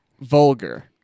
Vulgar